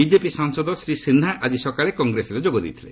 BJP ସାଂସଦ ଶ୍ରୀ ସିହ୍ନା ଆଜି ସକାଳେ କଂଗ୍ରେସରେ ଯୋଗ ଦେଇଥିଲେ